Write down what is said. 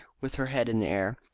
with her head in the air.